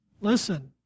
Listen